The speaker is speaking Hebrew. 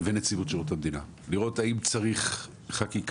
ונציבות שירות המדינה כדי לראות האם צריך חקיקה.